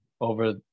over